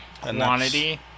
Quantity